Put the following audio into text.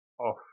off